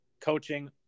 coaching